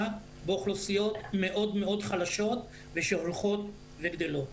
באוכלוסיות מאוד מאוד חלשות ושהולכות וגדלות.